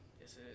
Yes